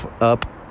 Up